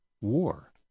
war